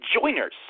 joiners